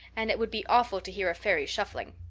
and it would be awful to hear a fairy shuffling.